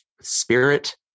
spirit